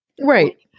Right